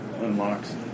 unlocks